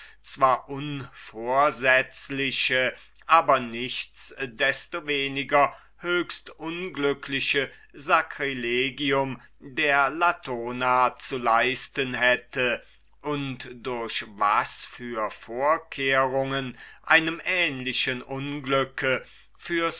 zwar unvorsetzliche aber nichts desto weniger höchst unglückliche sacrilegium der latona zu leisten hätte und durch was für vorkehrungen einem ähnlichen unglücke